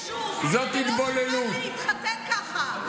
אתה לא תוכל להתחתן ככה.